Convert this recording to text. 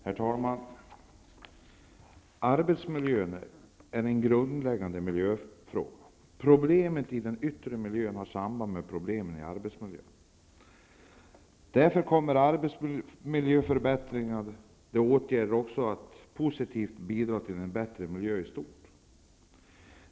Herr talman! Arbetsmiljön är en grundläggande miljöfråga. Problem i de yttre miljön har samband med problem i arbetsmiljön. Därför kommer arbetsmiljöförbättrande åtgärder också att positivt bidra till en bättre miljö i stort.